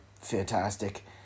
fantastic